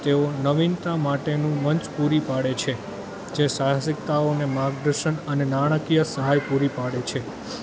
તેઓ નવીનતા માટેનું મંચ પૂરી પાડે છે જે સાહસિકતાઓને માર્ગદર્શન અને નાણાકીય સહાય પૂરી પાડે છે